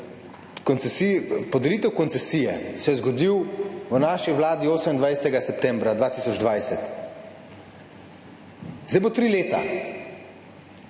podelitev koncesije zgodila v naši vladi 28. septembra 2020? Zdaj bo tri leta.